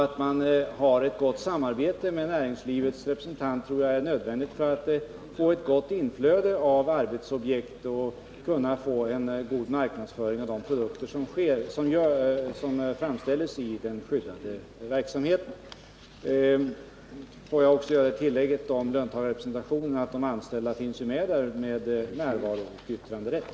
Att man har ett gott samarbete med näringslivets representanter tror jag är nödvändigt för att få ett gott inflöde av arbetsobjekt och för att kunna få en god marknadsföring av de produkter som framställs i den skyddade verksamheten. Får jag också göra det tillägget om löntagarrepresentationen att de anställda ju finns med där och att de har yttranderätt.